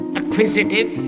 acquisitive